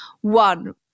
one